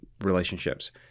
relationships